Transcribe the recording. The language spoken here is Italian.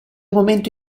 momento